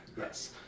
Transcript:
yes